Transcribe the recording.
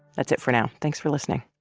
that's it for now. thanks for listening